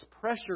pressure